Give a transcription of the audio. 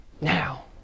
now